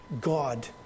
God